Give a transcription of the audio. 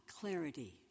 clarity